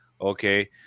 Okay